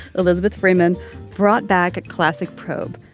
elizabeth freeman brought back a classic probe.